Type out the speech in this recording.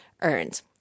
earned